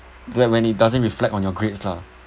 like when it doesn't reflect on your grades lah